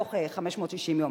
מתוך 560 יום.